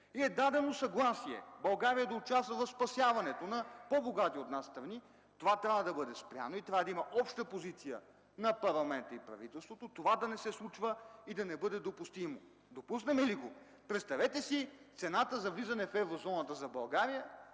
и е дадено съгласие България да участва в спасяването на по-богати от нас страни, това трябва да бъде спряно и да има обща позиция на парламента и на правителството то да не се случва и да не бъде допустимо. Допуснем ли го, представете си цената за влизане на България